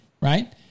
right